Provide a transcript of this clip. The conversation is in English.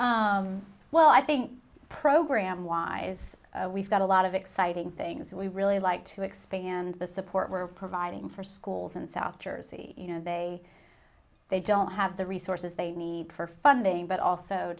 like well i think program why we've got a lot of exciting things we really like to expand the support we're providing for schools in south jersey you know they they don't have the resources they need for funding but also